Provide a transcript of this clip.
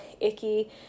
icky